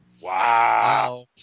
Wow